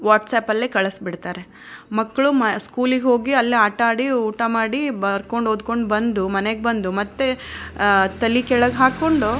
ವಾಟ್ಸ್ಆ್ಯಪಲ್ಲೇ ಕಳಿಸ್ಬಿಡ್ತಾರೆ ಮಕ್ಕಳು ಸ್ಕೂಲಿಗೆ ಹೋಗಿ ಅಲ್ಲಿಯೇ ಆಟಾಡಿ ಊಟ ಮಾಡಿ ಬರ್ಕೊಂಡು ಓದ್ಕೊಂಡು ಬಂದು ಮನೆಗೆ ಬಂದು ಮತ್ತು ತಲೆ ಕೆಳಗೆ ಹಾಕ್ಕೊಂಡು